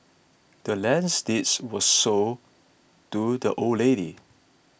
the land's deed was sold to the old lady